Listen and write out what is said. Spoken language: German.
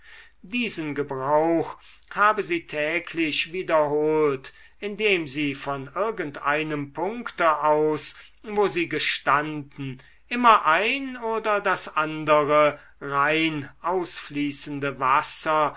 diesen gebrauch habe sie täglich wiederholt indem sie von irgendeinem punkte aus wo sie gestanden immer ein oder das andere rein ausfließende wasser